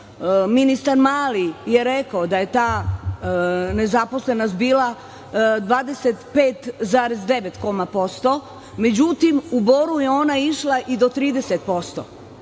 Ministar Mali je rekao da je ta nezaposlenost bila 25,9%, međutim, u Boru je ona išla i do 30%.